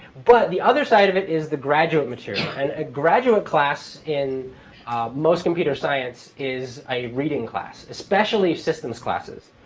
but the other side of it is the graduate material. and a graduate class in most computer science is a reading class, especially in systems classes.